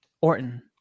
orton